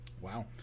Wow